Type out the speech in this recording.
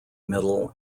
middle